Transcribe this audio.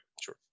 sure